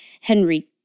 Henry